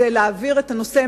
היא להעביר את הנושא,